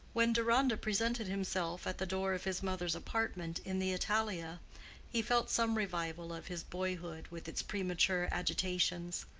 when deronda presented himself at the door of his mother's apartment in the italia he felt some revival of his boyhood with its premature agitations.